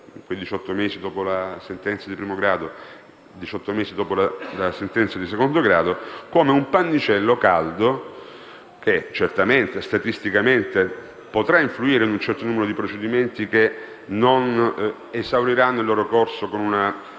mesi dopo la sentenza di primo grado e diciotto mesi dopo la sentenza di secondo grado - come un pannicello caldo, che certamente, statisticamente, potrà influire su un certo numero di procedimenti che non esauriranno il loro corso con una